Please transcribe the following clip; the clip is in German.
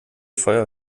feuer